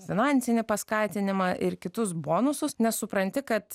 finansinį paskatinimą ir kitus bonusus nes supranti kad